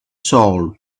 soul